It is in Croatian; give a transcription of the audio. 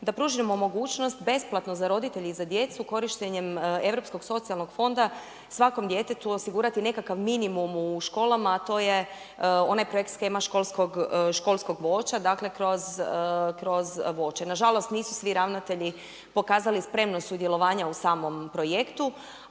da pružimo mogućnost, besplatno za roditelje i djecu, korištenjem europskog socijalnog fonda, svakom djetetu osigurati nekakav minimum u školama, a to je onaj projekt shema školskog voća, dakle kroz voće. Nažalost, nisu svi ravnatelji pokazali spremnost sudjelovanja u samom projektu,